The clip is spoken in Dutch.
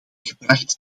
gebracht